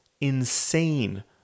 insane